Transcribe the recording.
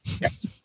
Yes